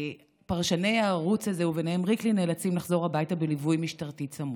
שפרשני הערוץ הזה ובהם ריקלין נאלצים לחזור הביתה בליווי משטרתי צמוד.